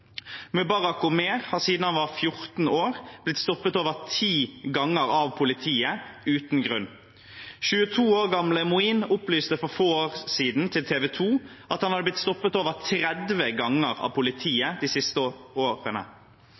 Mubarak Omer har siden han var 14 år, blitt stoppet over ti ganger av politiet uten grunn. 22 år gamle Moin opplyste for få år siden til TV 2 at han hadde blitt stoppet over 30 ganger av politiet de siste årene.